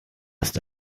ist